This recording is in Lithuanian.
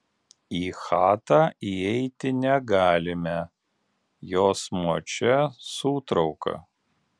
į chatą įeiti negalime jos močia sūtrauka